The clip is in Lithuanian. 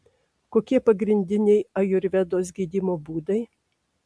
kokie pagrindiniai ajurvedos gydymo būdai